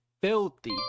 Filthy